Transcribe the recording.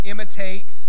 Imitate